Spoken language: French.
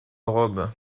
robe